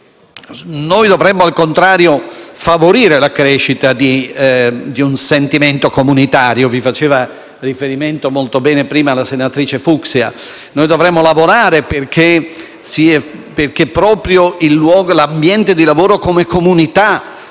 Noi dovremmo, al contrario, favorire la crescita di un sentimento comunitario: vi faceva riferimento molto bene prima la senatrice Fucksia; noi dovremmo lavorare perché proprio il luogo e l'ambiente di lavoro come comunità